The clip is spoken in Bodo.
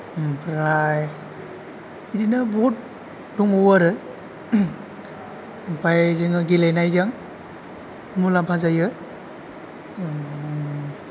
ओमफ्राय बिदिनो बुहुद दंबावो आरो ओमफ्राय जोङो गेलेनायजों मुलाम्फा जायो